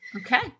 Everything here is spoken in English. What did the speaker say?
Okay